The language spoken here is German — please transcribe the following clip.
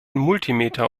multimeter